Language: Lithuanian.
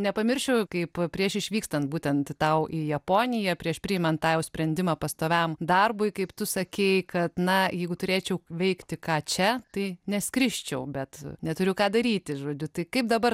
nepamiršiu kaip prieš išvykstant būtent tau į japoniją prieš priimant tą jau sprendimą pastoviam darbui kaip tu sakei kad na jeigu turėčiau veikti ką čia tai neskrisčiau bet neturiu ką daryti žodžiu tai kaip dabar